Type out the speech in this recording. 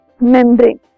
membrane